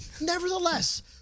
Nevertheless